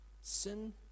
sin